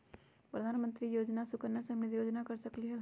प्रधानमंत्री योजना सुकन्या समृद्धि योजना कर सकलीहल?